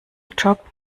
job